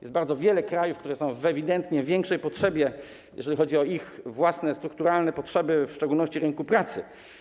Jest bardzo wiele krajów, które są w ewidentnie większej potrzebie, jeżeli chodzi o ich własne strukturalne potrzeby, w szczególności potrzeby rynku pracy.